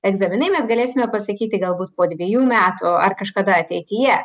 egzaminai mes galėsime pasakyti galbūt po dvejų metų ar kažkada ateityje